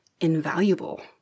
invaluable